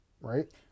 right